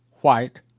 white